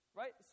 right